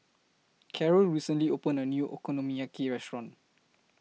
Karyl recently opened A New Okonomiyaki Restaurant